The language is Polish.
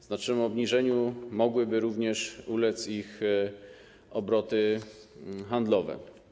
Znacznemu obniżeniu mogłyby również ulec ich obroty handlowe.